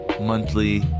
monthly